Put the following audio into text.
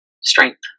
strength